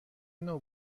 نوع